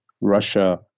Russia